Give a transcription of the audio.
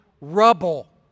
rubble